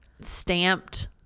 stamped